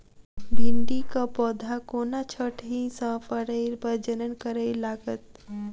भिंडीक पौधा कोना छोटहि सँ फरय प्रजनन करै लागत?